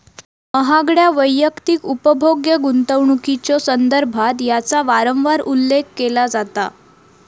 महागड्या वैयक्तिक उपभोग्य गुंतवणुकीच्यो संदर्भात याचा वारंवार उल्लेख केला जाता